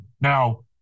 now